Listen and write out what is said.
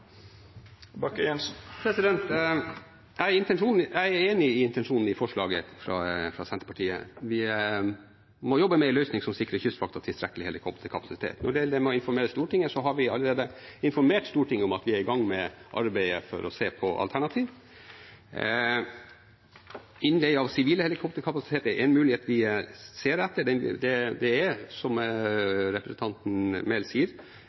refererte til. Jeg er enig i intensjonen i forslaget fra Senterpartiet. Vi må jobbe med en løsning som sikrer Kystvakten tilstrekkelig helikopterkapasitet. Når det gjelder det å informere Stortinget, har vi allerede informert Stortinget om at vi er i gang med arbeidet for å se på alternativer. Innleie av sivil helikopterkapasitet er en mulighet vi ser etter, og det er – som representanten Enger Mehl sier